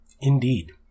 Indeed